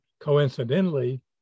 coincidentally